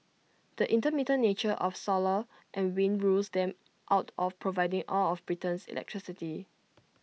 the intermittent nature of solar and wind rules them out of providing all of Britain's electricity